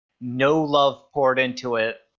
no-love-poured-into-it